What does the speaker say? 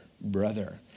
brother